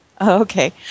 Okay